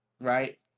Right